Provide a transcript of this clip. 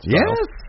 yes